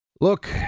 Look